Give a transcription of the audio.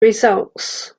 results